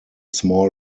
small